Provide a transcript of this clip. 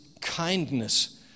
kindness